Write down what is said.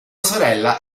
sorella